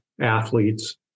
athletes